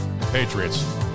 patriots